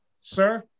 Sir